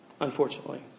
Unfortunately